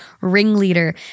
ringleader